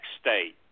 state